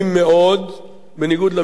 בניגוד למספרים המופצים,